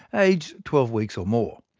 aged twelve weeks or more.